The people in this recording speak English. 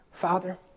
Father